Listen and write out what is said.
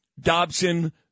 Dobson